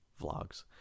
vlogs